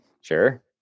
sure